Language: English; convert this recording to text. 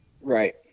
Right